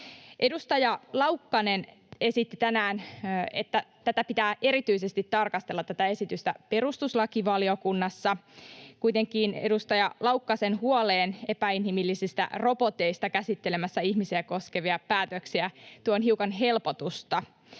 Edustaja Laukkanen esitti tänään, että tätä esitystä pitää erityisesti tarkastella perustuslakivaliokunnassa. Kuitenkin edustaja Laukkasen huoleen epäinhimillisistä roboteista käsittelemässä ihmisiä koskevia päätöksiä tuon hiukan helpotusta,